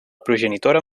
progenitora